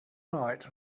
night